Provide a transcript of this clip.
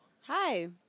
Hi